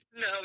No